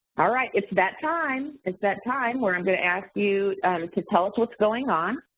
alright, it's that time, it's that time where i'm gonna ask you to tell us what's going on,